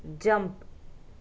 jump